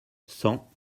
cent